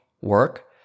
work